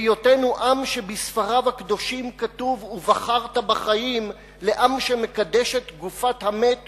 מהיותנו עם שבספריו הקדושים כתוב "ובחרת בחיים" לעם שמקדש את גופת המת